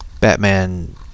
Batman